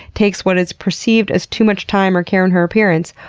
takes what is perceived as too much time or care on her appearance,